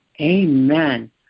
amen